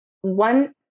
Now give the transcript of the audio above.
one